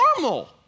normal